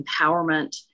empowerment